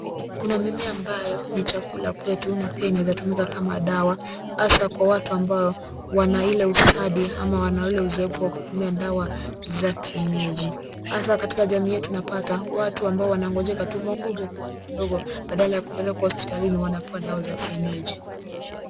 Kuna mimea ambayo ni chakula kwetu na pia inaweza tumika kama dawa hasa kwa watu ambao wana ile ustadi ama wana ile uzoefu wa kutumia dawa za kienyeji hasa katika jamii yetu tunapata watu ambao wanagonjeka tu maugonjwa kidogo badala ya kupelekwa hospitalini wanapewa ya kienyeji.